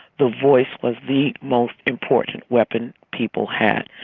the voice was the most important weapon people had.